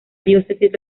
diócesis